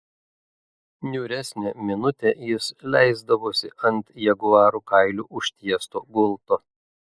niūresnę minutę jis leisdavosi ant jaguarų kailiu užtiesto gulto